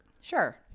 Sure